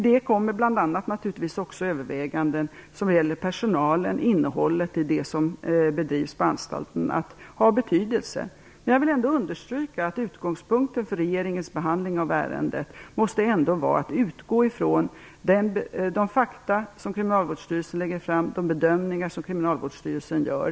Där kommer naturligtvis också bl.a. överväganden som gäller personalen och innehållet i det som bedrivs på anstalten att ha betydelse. Jag vill ändå understryka att utgångspunkten för regeringens behandling av ärendet måste vara att utgå från de fakta som Kriminalvårdsstyrelsen lägger fram och de bedömningar som Kriminalvårdsstyrelsen gör.